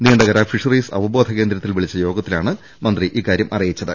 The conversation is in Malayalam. നീണ്ടകര ഫിഷറീസ് അവബോധ കേന്ദ്രത്തിൽ വിളിച്ച യോഗത്തിലാണ് മന്ത്രി ഇക്കാര്യം അറിയിച്ചത്